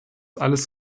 alles